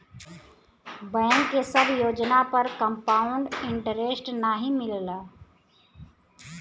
bank के सब योजना पर कंपाउड इन्टरेस्ट नाहीं मिलला